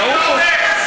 יעופו?